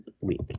week